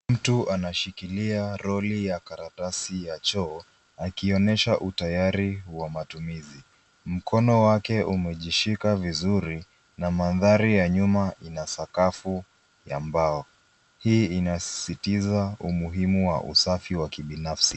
Mtu ansashikilia roli ya karatasi ya choo, akionyesha utayari wa matumizi. Mkono wake umejishika vizuri, na mandhari ya nyuma ina sakafu ya mbao. Hii inasisitiza umuhimu wa usafi wa kibinafsi.